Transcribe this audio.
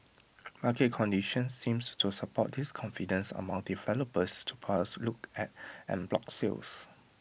market conditions seems to support this confidence among developers to perhaps now look at en bloc sales